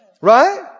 right